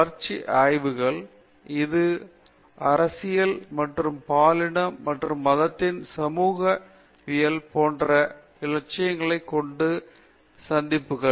வளர்ச்சி ஆய்வுகள் இது அரசியல் மற்றும் பாலினம் மற்றும் மதத்தின் சமூகவியல் போன்ற இலட்சியங்களைக் கொண்ட சந்திப்புகள்